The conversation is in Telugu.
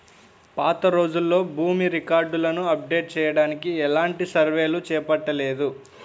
పాతరోజుల్లో భూమి రికార్డులను అప్డేట్ చెయ్యడానికి ఎలాంటి సర్వేలు చేపట్టలేదు